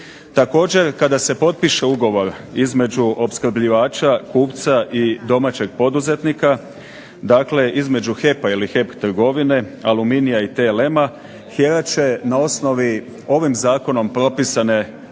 Također, kada se potpiše ugovor između opskrbljivača, kupca i domaćeg poduzetnika, dakle između HEP-a ili HEP Trgovine, Aluminija i TLM-a … će na osnovi ovim zakonom propisane